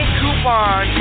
coupon